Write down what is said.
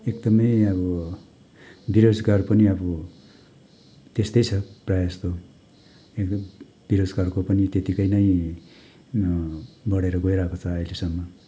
एकदमै अब बेरोजगार पनि अब त्यस्तै छ प्राय जस्तो एकदम बेरोजगारको पनि त्यतिकै नै बढेर गइरहेको छ अहिलेसम्म